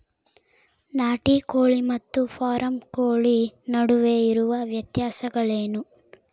ನಾಟಿ ಕೋಳಿ ಮತ್ತು ಫಾರಂ ಕೋಳಿ ನಡುವೆ ಇರುವ ವ್ಯತ್ಯಾಸಗಳೇನು?